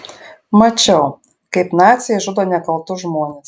mačiau kaip naciai žudo nekaltus žmones